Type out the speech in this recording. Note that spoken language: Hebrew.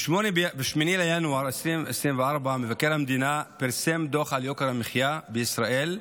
ב-8 בינואר 2024 מבקר המדינה פרסם דוח על יוקר המחיה בישראל,